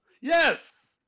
Yes